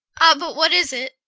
ah! but what is it?